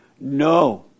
No